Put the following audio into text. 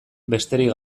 besterik